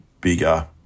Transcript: bigger